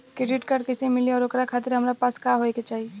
Credit card कैसे मिली और ओकरा खातिर हमरा पास का होए के चाहि?